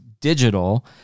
digital